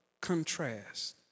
contrast